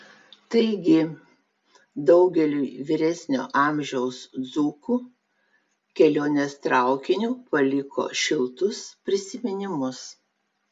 taigi daugeliui vyresnio amžiaus dzūkų kelionės traukiniu paliko šiltus prisiminimus